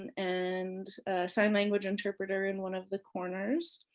and and sign language interpreter in one of the corners,